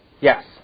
Yes